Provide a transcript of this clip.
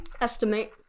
Estimate